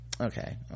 Okay